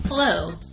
Hello